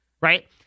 right